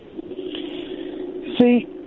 see